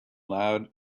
loud